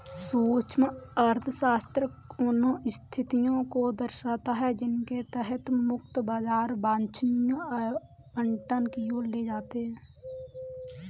सूक्ष्म अर्थशास्त्र उन स्थितियों को दर्शाता है जिनके तहत मुक्त बाजार वांछनीय आवंटन की ओर ले जाते हैं